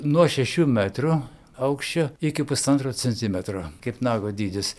nuo šešių metrų aukščio iki pusantro centimetro kaip nago dydis